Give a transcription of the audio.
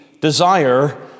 desire